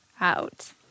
out